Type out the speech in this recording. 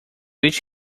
each